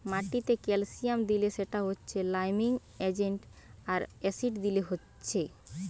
মাটিতে ক্যালসিয়াম দিলে সেটা হচ্ছে লাইমিং এজেন্ট আর অ্যাসিড দিলে হচ্ছে